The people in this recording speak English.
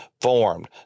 formed